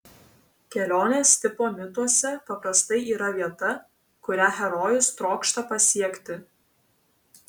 kelionės tipo mituose paprastai yra vieta kurią herojus trokšta pasiekti